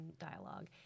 dialogue